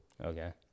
Okay